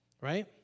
right